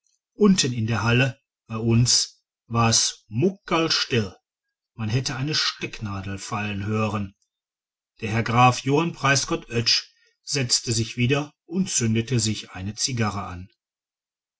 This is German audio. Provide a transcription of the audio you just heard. unten in der halle bei uns war's muckerlstill man hätte eine stecknadel fallen hören der herr graf johann preisgott oetsch setzte sich wieder und zündete sich eine zigarre an